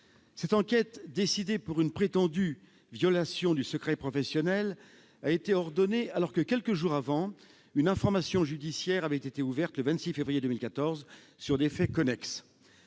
Cette enquête, décidée pour une prétendue violation du secret professionnel, a été ordonnée alors que, quelques jours avant, le 26 février 2014, une information judiciaire avait été ouverte sur des faits connexes.